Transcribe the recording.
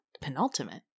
penultimate